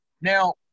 Now